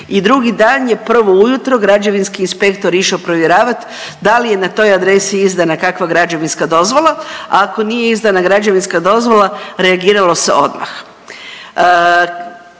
i drugi dan je prvo ujutro građevinski inspektor išao provjeravat dal je na toj adresi izdana kakva građevinska dozvola, a ako nije izdana građevinska dozvola reagiralo se odmah.